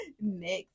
next